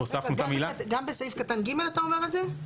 הוספנו את המילה --- גם בסעיף קטן (ג) אתה אומר את זה,